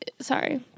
sorry